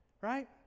Right